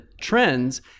trends